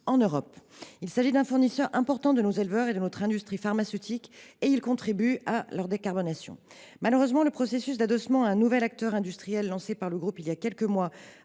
en Europe. Il s’agit d’un fournisseur important de nos éleveurs et de notre industrie pharmaceutique. Qui plus est, elle contribue à leur décarbonation. Malheureusement, le processus d’adossement à un nouvel acteur industriel lancé par le groupe il y a quelques mois